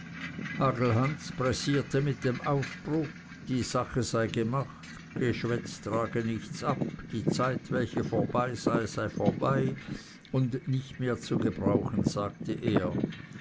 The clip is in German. hagelhans pressierte mit dem aufbruch die sach sei gemacht gschwätz trag nichts ab die zeit welche vorbei sei sei vorbei und nicht mehr zu gebrauchen sagte er